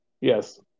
Yes